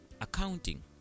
accounting